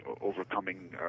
overcoming